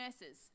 nurses